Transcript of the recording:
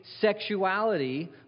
sexuality